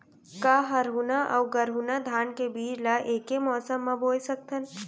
का हरहुना अऊ गरहुना धान के बीज ला ऐके मौसम मा बोए सकथन?